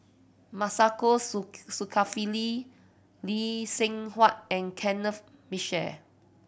Masagos Zulkifli Lee Seng Huat and Kenneth Mitchell